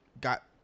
Got